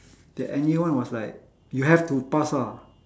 the end year one was like you have to pass ah